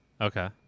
okay